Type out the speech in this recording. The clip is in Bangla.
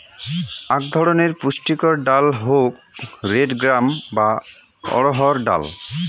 আক ধরণের পুষ্টিকর ডাল হউক রেড গ্রাম বা অড়হর ডাল